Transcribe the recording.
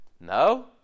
No